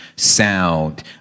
sound